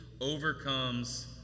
overcomes